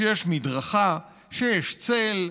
שיש מדרכה, שיש צל,